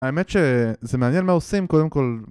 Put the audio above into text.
האמת שזה מעניין מה עושים קודם כל